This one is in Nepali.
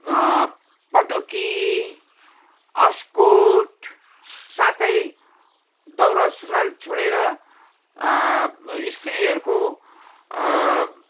पटुकी इस्टकोट साथै दौरासुरुवाल छोडेर स्त्रीहरूको